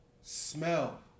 Smell